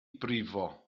brifo